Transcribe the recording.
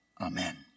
Amen